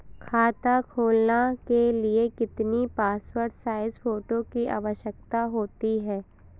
खाता खोलना के लिए कितनी पासपोर्ट साइज फोटो की आवश्यकता होती है?